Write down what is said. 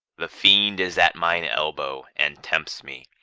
the fiend is at mine elbow and tempts me,